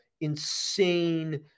insane